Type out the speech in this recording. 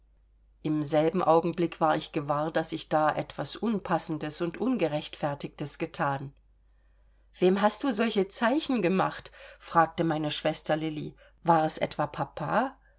im selben augenblick war ich gewahr daß ich da etwas unpassendes und ungerechtfertigtes gethan wem hast du solche zeichen gemacht fragte meine schwester lilli war es etwa papa